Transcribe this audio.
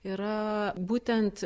yra būtent